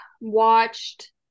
watched